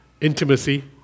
intimacy